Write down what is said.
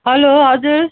hello हजुर